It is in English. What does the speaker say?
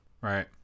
Right